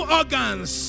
organs